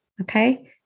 Okay